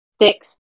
six